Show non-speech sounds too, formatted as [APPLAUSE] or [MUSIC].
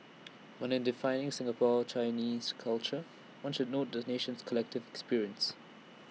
[NOISE] but in defining Singapore Chinese culture one should note the nation's collective experience